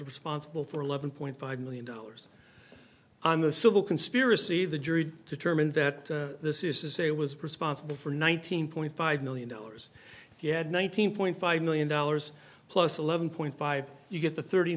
responsible for eleven point five million dollars on the civil conspiracy the jury determined that this is a was responsible for nineteen point five million dollars yeah one thousand point five million dollars plus eleven point five you get the thirty